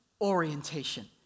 orientation